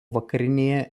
vakarinėje